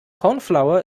cornflour